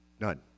none